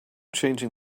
changing